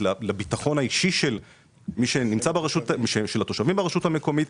ולביטחון האישי של התושבים ברשות המקומית,